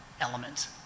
element